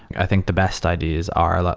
i think the best ideas are,